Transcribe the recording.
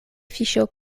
fiŝo